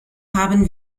haben